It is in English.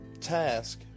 task